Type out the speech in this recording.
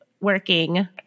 working